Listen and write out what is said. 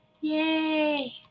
yay